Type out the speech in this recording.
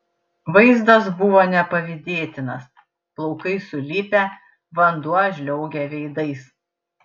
vaizdas buvo nepavydėtinas plaukai sulipę vanduo žliaugia veidais